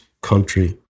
country